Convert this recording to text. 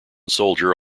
soldier